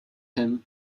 him